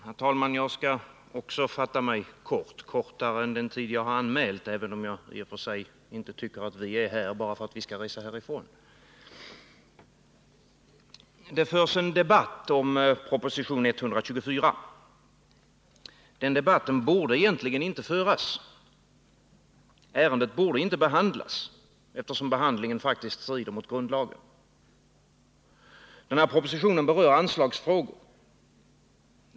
Herr talman! Jag skall också fatta mig kort och ta i anspråk kortare tid än den jag anmält, även om jag tycker att vi inte är här bara för att vi skall resa härifrån. Det förs en debatt om proposition 124. Den debatten borde egentligen inte föras. Ärendet borde inte behandlas, eftersom behandlingen strider mot grundlagen. Propositionen berör anslagsfrågor.